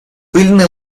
пыльной